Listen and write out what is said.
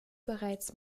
bereits